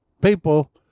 people